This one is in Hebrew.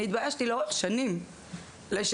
אני התביישתי לאורך שנים לשתף.